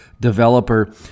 developer